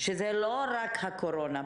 שזה לא רק הקורונה,